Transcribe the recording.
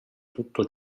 tutto